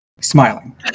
Smiling